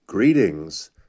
Greetings